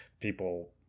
people